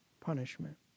punishment